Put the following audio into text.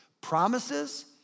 promises